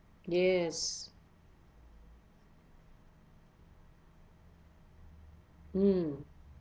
yes mm